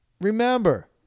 Remember